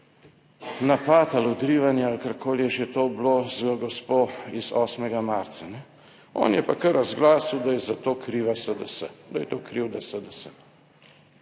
napad ali odrivanje ali karkoli je že to bilo z gospo iz 8. marca. On je pa kar razglasil, da je za to kriva SDS. Ja, krasno.